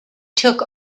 took